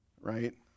right